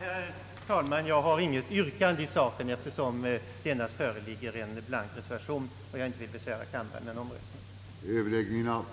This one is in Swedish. Herr talman! Jag har intet yrkande i saken eftersom det endast föreligger en blank reservation och jag inte vill besvära kammaren med en onödig omröstning.